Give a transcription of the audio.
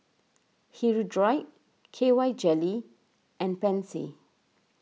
Hirudoid K Y jelly and Pansy